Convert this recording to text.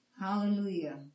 hallelujah